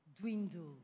dwindle